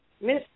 Miss